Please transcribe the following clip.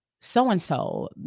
so-and-so